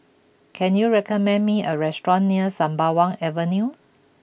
can you recommend me a restaurant near Sembawang Avenue